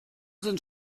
sind